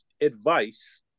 advice